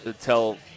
tell